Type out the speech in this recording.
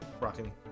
Rocking